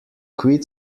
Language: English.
quit